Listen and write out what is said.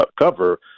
cover